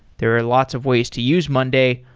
there are lots of ways to use monday,